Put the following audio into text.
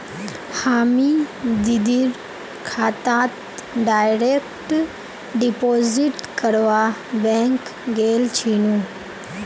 हामी दीदीर खातात डायरेक्ट डिपॉजिट करवा बैंक गेल छिनु